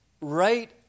right